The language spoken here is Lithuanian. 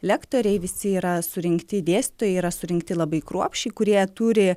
lektoriai visi yra surinkti dėstytojai yra surinkti labai kruopščiai kurie turi